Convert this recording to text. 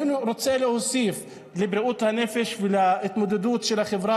אני רוצה להוסיף: בריאות הנפש והתמודדות של החברה